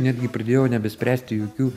netgi pradėjau nebespręsti jokių